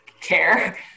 care